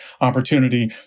opportunity